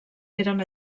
eren